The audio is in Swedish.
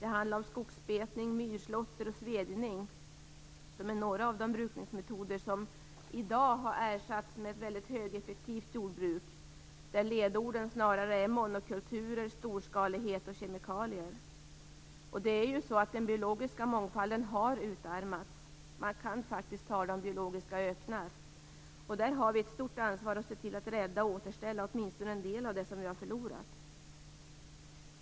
Det handlar om skogsbetning, myrslåtter och svedjning, som är några av de brukningsmetoder som i dag har ersatts med ett väldigt högeffektivt jordbruk där ledorden snarare är monokulturer, storskalighet och kemikalier. Den biologiska mångfalden har utarmats. Man kan faktiskt tala om biologiska öknar.